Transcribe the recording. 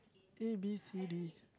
A_B_C_D